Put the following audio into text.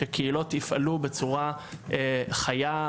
שקהילות יפעלו בצורה חיה,